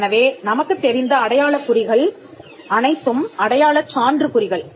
எனவே நமக்குத் தெரிந்த அடையாளக் குறிகள் அனைத்தும் அடையாளச் சான்று குறிகள்